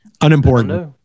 Unimportant